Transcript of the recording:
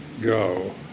go